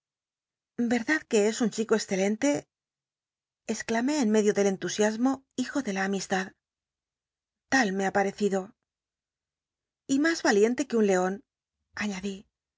c ue es un chico excelente exclamé en medio del cnlusia mo hijo de la amblad tal me ha parecido y mas aliente que un con añadi